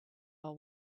are